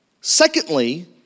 Secondly